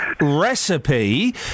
recipe